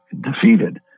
defeated